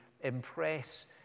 impress